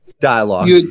dialogue